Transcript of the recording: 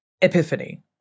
Epiphany